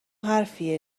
حرفیه